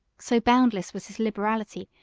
so boundless was his liberality,